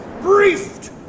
briefed